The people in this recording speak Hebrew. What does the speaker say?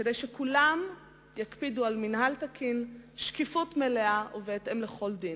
כדי שכולם יקפידו על מינהל תקין ועל שקיפות מלאה בהתאם לכל דין.